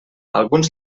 alguns